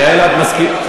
יעל, את מסכימה?